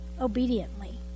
obediently